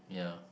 yeah